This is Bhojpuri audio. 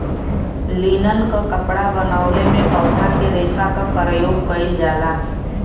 लिनन क कपड़ा बनवले में पौधा के रेशा क परयोग कइल जाला